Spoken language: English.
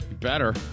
better